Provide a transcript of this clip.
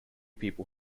people